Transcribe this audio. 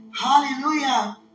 Hallelujah